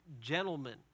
Gentlemen